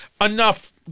enough